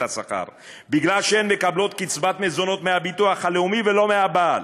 השכר בגלל שהן מקבלות קצבת מזונות מהביטוח הלאומי ולא מהבעל,